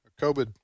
COVID